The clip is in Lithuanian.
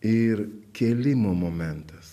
ir kėlimo momentas